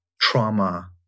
trauma